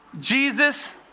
Jesus